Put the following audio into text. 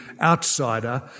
outsider